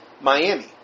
Miami